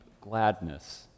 gladness